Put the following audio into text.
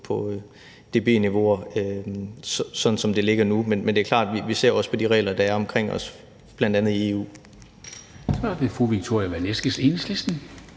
på dB-niveauet, sådan som det ligger nu. Men det er klart, at vi også ser på de regler, der er omkring os, bl.a. i EU.